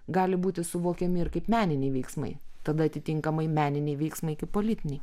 gali būti suvokiami ir kaip meniniai veiksmai tada atitinkamai meniniai veiksmai kaip politiniai